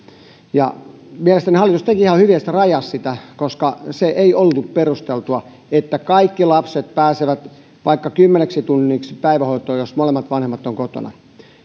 subjektiiviseen varhaiskasvatukseen mielestäni hallitus teki ihan hyvin ja rajasi sitä koska se ei ollut perusteltua että kaikki lapset pääsevät vaikka kymmeneksi tunniksi päivähoitoon jos molemmat vanhemmat ovat kotona